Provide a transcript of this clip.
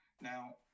Now